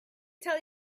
tell